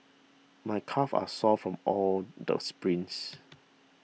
my calves are sore from all the sprints